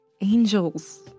Angels